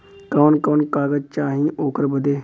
कवन कवन कागज चाही ओकर बदे?